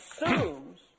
assumes